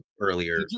earlier